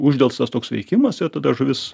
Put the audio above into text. uždelstas toks veikimas ir tada žuvis